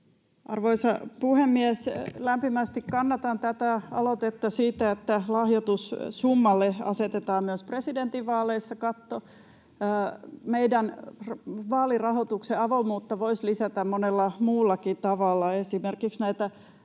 Arvoisa puhemies! Lämpimästi kannatan tätä aloitetta siitä, että lahjoitussummalle asetetaan myös presidentinvaaleissa katto. Meidän vaalirahoituksen avoimuutta voisi lisätä monella muullakin tavalla. Esimerkiksi näitä